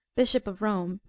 bishop of rome,